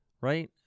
Right